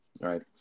right